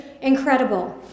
incredible